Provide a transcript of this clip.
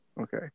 Okay